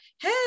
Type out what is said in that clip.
hey